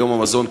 ליום המזון,